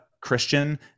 Christian